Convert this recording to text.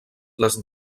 les